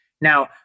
Now